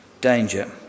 danger